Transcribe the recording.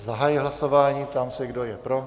Zahajuji hlasování a ptám se, kdo je pro.